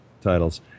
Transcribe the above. titles